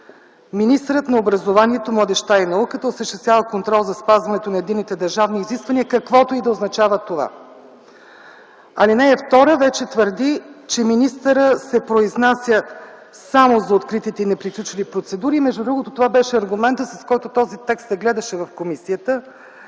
„министърът на образованието, младежта и науката осъществява контрол за спазването на единните държавни изисквания”, каквото и да означава това. Алинея 2 вече твърди, че министърът се произнася само за откритите и неприключили процедури. Между другото, това беше аргумента, с който този текст се гледаше в комисията,